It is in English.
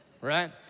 right